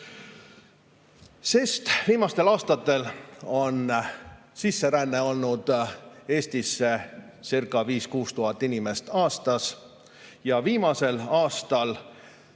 täna. Viimastel aastatel on sisseränne olnud Eestissecirca5000–6000 inimest aastas ja viimasel aastal